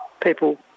people